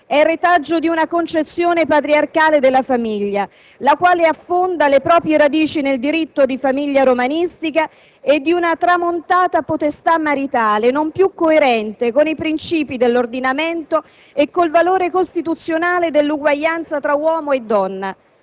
è retaggio di una concezione patriarcale della famiglia, la quale affonda le proprie radici nel diritto di famiglia romanistica e di una tramontata potestà maritale, non più coerente con i princìpi dell'ordinamento e con il valore costituzionale dell'uguaglianza tra uomo e donna».